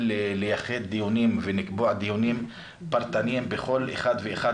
לייחד דיונים ולקבוע דיונים פרטניים בכל אחד ואחד